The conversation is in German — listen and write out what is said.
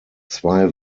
zwei